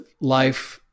life